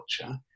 culture